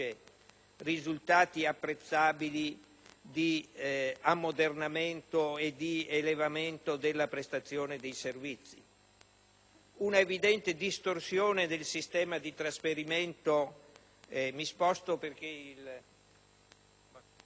risultati apprezzabili di ammodernamento e di elevamento della prestazione dei servizi. Vi è l'evidente distorsione del sistema di trasferimento